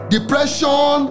Depression